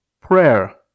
prayer